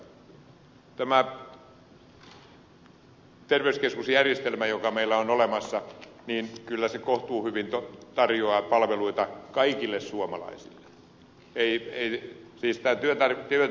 tämä terveyskeskusjärjestelmä joka meillä on olemassa kyllä kohtuuhyvin tarjoaa palveluita kaikille suomalaisille